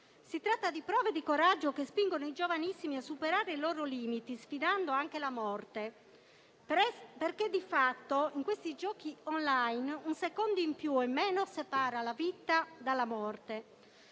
Si tratta di prove di coraggio che spingono i giovanissimi a superare i loro limiti sfidando anche la morte. Di fatto in questi giochi *online* un secondo in più o in meno separa la vita dalla morte.